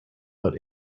but